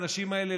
האנשים האלה,